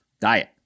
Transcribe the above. diet